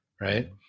Right